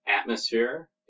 atmosphere